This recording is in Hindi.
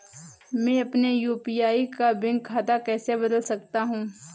मैं अपने यू.पी.आई का बैंक खाता कैसे बदल सकता हूँ?